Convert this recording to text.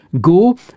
Go